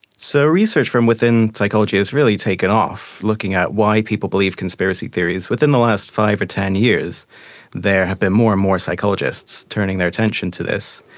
so research from within psychology has really taken off, looking at why people believe conspiracy theories, within the last five or ten years there have been more and more psychologists turning their attention to this.